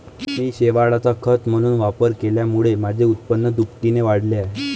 मी शेवाळाचा खत म्हणून वापर केल्यामुळे माझे उत्पन्न दुपटीने वाढले आहे